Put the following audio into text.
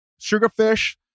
Sugarfish